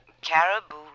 Caribou